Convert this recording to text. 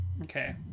Okay